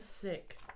sick